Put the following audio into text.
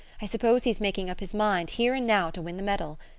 i suppose he's making up his mind, here and now, to win the medal.